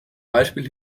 beispiel